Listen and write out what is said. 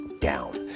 down